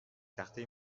تخته